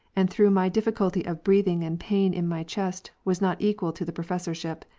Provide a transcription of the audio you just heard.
and through my difficulty of breathing and pain in my chest, was not equal to the professorship.